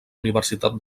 universitat